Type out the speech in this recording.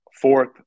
Fourth